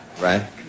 right